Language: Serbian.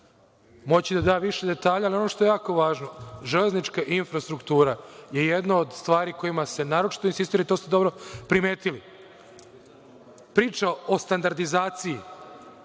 moći da da više detalja. Ali, ono što je jako važno, železnička infrastruktura je jedna od stvari na kojima se naročito insistira i to ste dobro primetili. Priča o standardizaciji